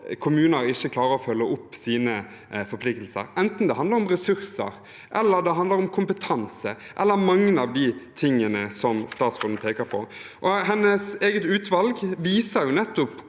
kommuner ikke klarer å følge opp sine forpliktelser, enten det handler om ressurser, kompetanse eller andre av de tingene som statsråden peker på. Hennes eget utvalg viser nettopp